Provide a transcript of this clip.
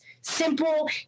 simple